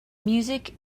music